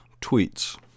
Tweets